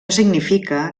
significa